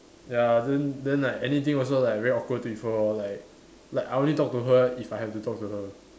ya then then like anything also like very awkward with her like like I only talk to her if I have to talk to her